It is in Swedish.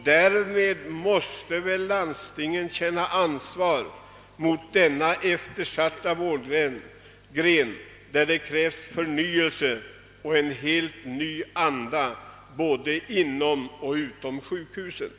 Därmed borde landstingen känna ansvar mot denna eftersatta vårdgren där det krävs en helt ny anda både inom och utom sjukhusen.